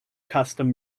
custom